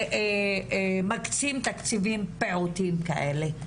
מקצים תקציבים פעוטים כאלה.